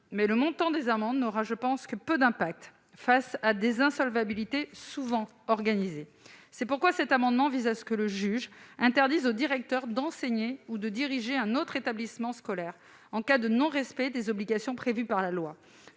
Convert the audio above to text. le montant des amendes n'aura, je pense, que peu d'impact face à des insolvabilités souvent organisées. C'est pourquoi cet amendement vise à ce que le juge interdise aux directeurs d'enseigner ou de diriger un autre établissement scolaire, en cas de non-respect des obligations prévues par la loi.